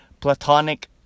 platonic